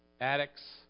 addicts